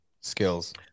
skills